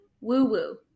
woo-woo